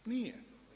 Nije.